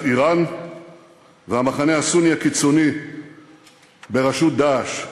איראן והמחנה הסוני הקיצוני בראשות "דאעש".